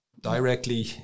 directly